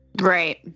Right